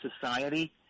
society